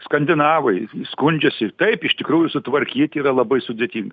skandinavais skundžiasi taip iš tikrųjų sutvarkyt yra labai sudėtinga